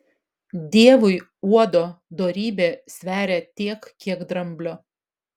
dievui uodo dorybė sveria tiek kiek dramblio